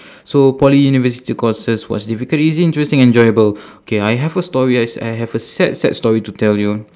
so poly university courses what's difficult easy interesting enjoyable K I have a story I s~ I have a sad sad story to tell you